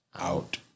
Out